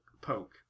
poke